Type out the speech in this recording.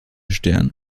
stern